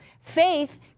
Faith